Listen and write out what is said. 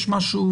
יש משהו,